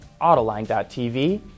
autoline.tv